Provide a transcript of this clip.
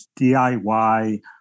diy